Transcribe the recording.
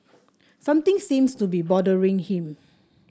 something seems to be bothering him